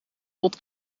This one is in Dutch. tot